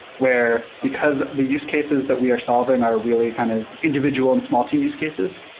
where because the use cases that we are solving are really kind of individual in small team use cases,